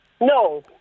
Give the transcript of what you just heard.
No